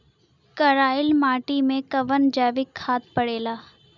करइल मिट्टी में कवन जैविक खाद पड़ेला?